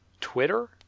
Twitter